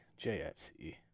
JFC